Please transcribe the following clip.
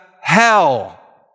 hell